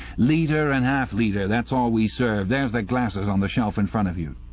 litre and half litre that's all we serve. there's the glasses on the shelf in front of you